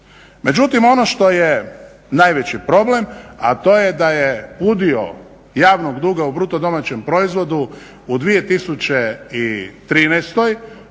Međutim, ono što je najveći problem a to je da je udio javnog duga u BDP-u u 2013.